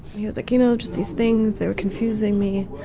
he was like, you know, just these things, they were confusing me